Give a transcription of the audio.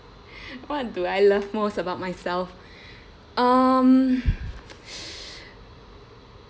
what do I love most about myself um